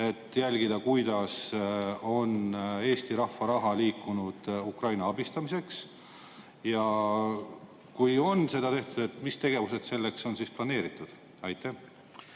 et jälgida, kuidas on Eesti rahva raha liikunud Ukraina abistamiseks? Ja kui on seda tehtud, siis mis tegevused selleks on planeeritud? Aitäh!